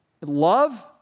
love